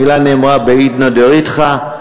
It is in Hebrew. המילה נאמרה בעידנא דרתחא.